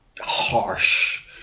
harsh